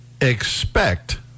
expect